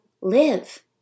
live